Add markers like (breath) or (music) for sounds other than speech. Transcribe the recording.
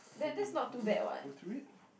are you willing to go through it (breath)